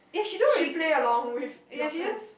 should play along with your friends